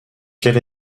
quel